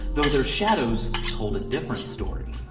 though their shadows told a different story.